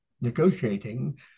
negotiating